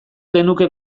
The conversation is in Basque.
genuke